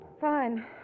Fine